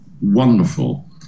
wonderful